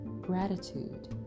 gratitude